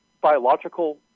biological